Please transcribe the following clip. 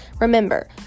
Remember